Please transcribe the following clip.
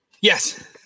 yes